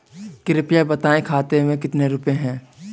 कृपया बताएं खाते में कितने रुपए हैं?